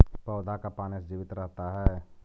पौधा का पाने से जीवित रहता है?